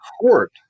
court